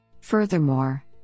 Furthermore